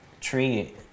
tree